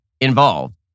involved